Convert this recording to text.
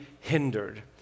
hindered